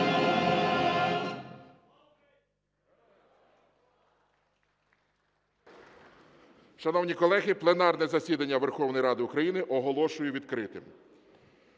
Шановні колеги, пленарне засідання Верховної Ради України оголошую відкритим.